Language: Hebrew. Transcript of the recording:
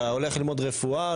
אתה הולך ללמוד רפואה,